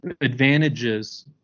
advantages